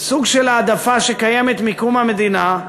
סוג של העדפה שקיימת מקום המדינה,